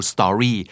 Story